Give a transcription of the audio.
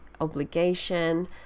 obligation